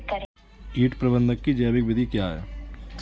कीट प्रबंधक की जैविक विधि क्या है?